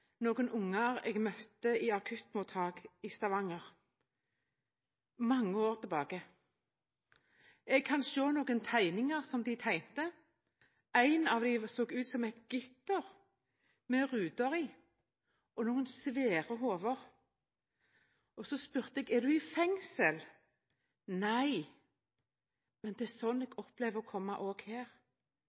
noen unger jeg møtte på akuttmottak i Stavanger for mange år tilbake. Jeg kan se noen tegninger som de tegnet. En av dem så ut som et gitter med ruter i og noen svære hoder. Jeg spurte: Er du i fengsel? Svaret var: Nei, men det er sånn jeg opplever å komme